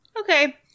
Okay